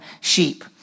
sheep